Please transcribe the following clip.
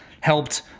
Helped